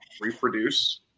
reproduce